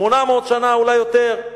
800 שנה, אולי יותר,